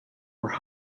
were